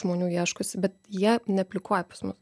žmonių ieškosi bet jie neaplikuoja pas mus